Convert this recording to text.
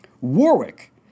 Warwick